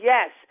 Yes